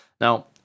Now